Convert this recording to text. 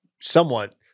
somewhat